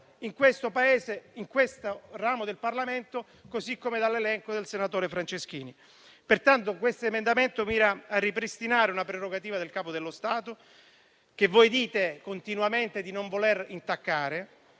in questo Paese, in questo ramo del Parlamento, così come dall'elenco del senatore Franceschini. Il mio emendamento mira pertanto a ripristinare una prerogativa del Capo dello Stato che voi dite continuamente di non voler intaccare,